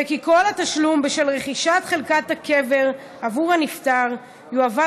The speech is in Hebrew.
וכי כל התשלום בשל רכישת חלקת הקבר עבור הנפטר יועבר